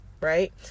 right